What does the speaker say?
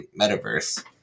metaverse